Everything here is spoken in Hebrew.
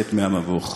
לצאת מהמבוך.